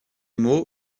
mots